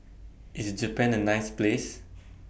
IS Japan A nice Place